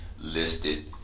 listed